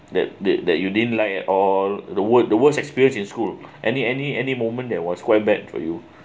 that that that you didn't like at all the word the worst experience in school any any any moment that was quite bad for you